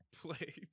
play